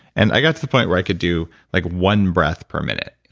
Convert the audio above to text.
and i got to the point where i could do like one breath per minute.